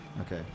Okay